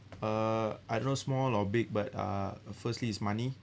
uh I don't know small or big but uh firstly is money